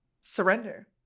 surrender